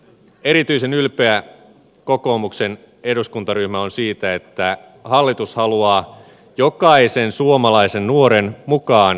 erityisen ylpeä kokoomuksen eduskuntaryhmä on siitä että hallitus haluaa jokaisen suomalaisen nuoren mukaan tulevaisuutemme rakentamiseen